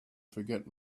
forget